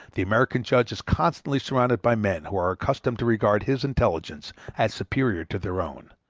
the american judge is constantly surrounded by men who are accustomed to regard his intelligence as superior to their own,